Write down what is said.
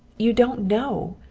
you don't know!